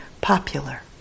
popular